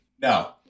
No